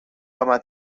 آمد